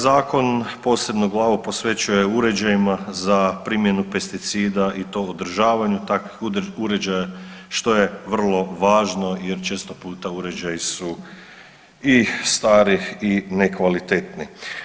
Zakon posebno uglavnom posvećuje uređajima za primjenu pesticida i to održavanju takvih uređaja što je vrlo važno jer često puta uređaji su i stari i nekvalitetni.